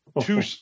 two